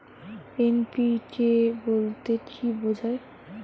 NPK বলতে কী বোঝায়?